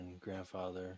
grandfather